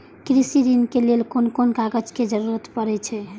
कृषि ऋण के लेल कोन कोन कागज के जरुरत परे छै?